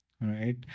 right